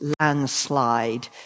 landslide